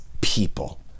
people